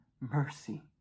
mercy